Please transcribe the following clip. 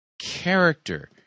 character